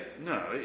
No